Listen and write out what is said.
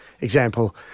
example